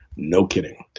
no kidding.